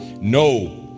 no